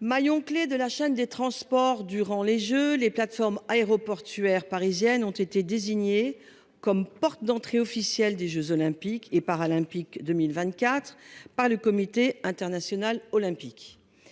Maillon clé de la chaîne des transports durant les Jeux, les plateformes aéroportuaires parisiennes ont été désignés comme porte d'entrée officielle des Jeux olympiques et paralympiques 2024 par le comité international olympique.